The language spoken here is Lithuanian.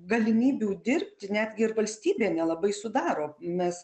galimybių dirbti netgi ir valstybė nelabai sudaro mes